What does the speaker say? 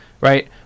right